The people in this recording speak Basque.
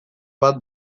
bat